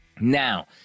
Now